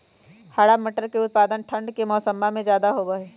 हरा मटर के उत्पादन ठंढ़ के मौसम्मा में ज्यादा होबा हई